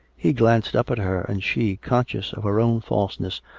he glanced up at her, and she, conscious of her own falseness,